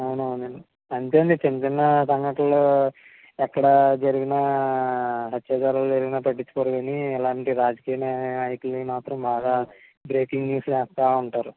అవును అవునండి అంతే అండి చిన్న చిన్న సంఘటనలు ఎక్కడ జరిగినా హత్యాచారాలు జరిగిన పట్టిచ్చుకోరు కాని ఇలాంటి రాజకీయ నా నాయకులిని మాత్రం బాగా బ్రేకింగ్ న్యూస్ వేస్తూ వుంటారు